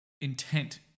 intent